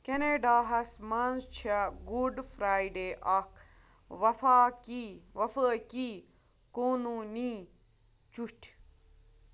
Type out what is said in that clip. کٮ۪نڈاہَس منٛز چھِ good Friday اکھ وفاقی وفٲقی قونوٗنی چھُٹھ